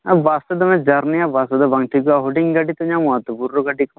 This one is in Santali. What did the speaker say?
ᱵᱟᱥ ᱛᱮᱫᱚ ᱫᱚᱢᱮ ᱡᱟᱨᱡᱤᱭᱟ ᱵᱟᱥ ᱛᱮᱫᱚ ᱵᱟᱝ ᱴᱷᱤᱠᱚᱜᱼᱟ ᱦᱩᱰᱤᱧ ᱜᱟᱹᱰᱤ ᱛᱚ ᱧᱟᱢᱚᱜᱼᱟ ᱵᱩᱨᱩ ᱜᱟᱹᱰᱤ ᱠᱚ